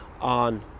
on